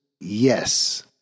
Yes